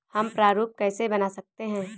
हम प्रारूप कैसे बना सकते हैं?